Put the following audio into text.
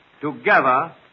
Together